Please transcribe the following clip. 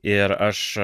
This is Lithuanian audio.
ir aš